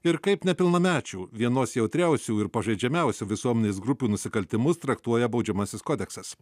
ir kaip nepilnamečių vienos jautriausių ir pažeidžiamiausių visuomenės grupių nusikaltimus traktuoja baudžiamasis kodeksas